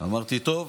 אמרתי טוב?